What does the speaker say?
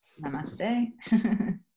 Namaste